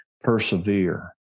persevere